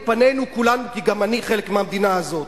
את פנינו כולנו, כי גם אני חלק מהמדינה הזאת.